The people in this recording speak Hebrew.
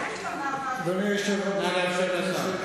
אדוני היושב-ראש,